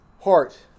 Heart